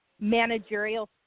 managerial